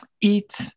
eat